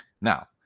Now